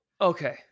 Okay